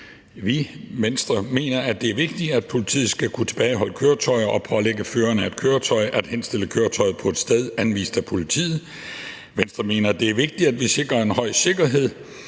mener, at det er vigtigt, at politiet skal kunne tilbageholde køretøjer og pålægge føreren af et køretøj at henstille køretøjet på et sted anvist af politiet. Venstre mener, at det er vigtigt, at vi sikrer en høj sikkerhed